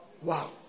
Wow